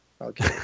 okay